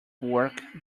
work